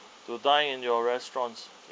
to dine in your restaurants